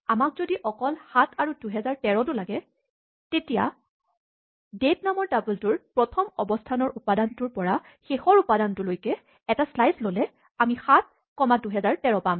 আমাক যদি অকল ৭ আৰু ২০১৩ টো লাগে তেতিয়া ডেট নামৰ টাপলটোৰ প্ৰথম অৱস্হানৰ উপাদানটোৰ পৰা শেষ উপাদানটোলৈকে এটা শ্লাইচ ল'লে আমি ৭ ক'মা ২০১৩ পাম